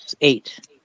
eight